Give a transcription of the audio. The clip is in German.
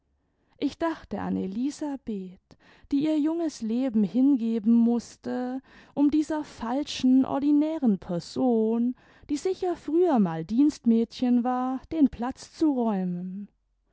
ich dachte an elisabeth die ihr junges leben hingeben mußte um dieser falschen ordinären person die sicher früher mal dienstmädchen war den platz zu räumen